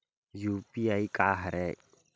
UPI का हरय?